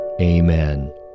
Amen